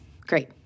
great